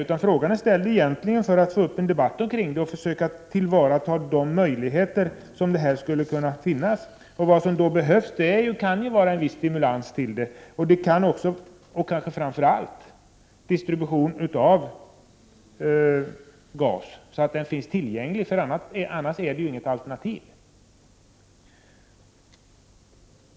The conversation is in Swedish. Frågan är egentligen ställd för att man skulle kunna få en debatt omkring detta och försöka ta till vara de möjligheter som kan finnas. Det behövs då en viss stimulans, framför allt när det gäller distribution av gas så att den finns tillgänglig. Annars kan den ju inte utgöra något alternativ.